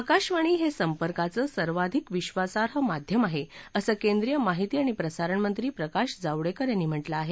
आकाशवाणी हे संपर्काचं सर्वात विश्वासाई माध्यम आहे असं केंद्रीय माहिती आणि प्रसारणमंत्री प्रकाश जावडेकर यांनी म्हटलं आहे